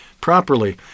properly